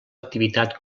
activitat